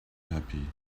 happy